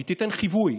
והיא תיתן חיווי.